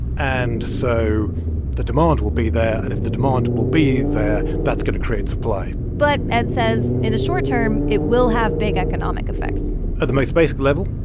and so the demand will be there. and if the demand will be there, that's going to create supply but, ed says, in the short term, it will have big economic effects at the most basic level,